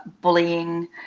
bullying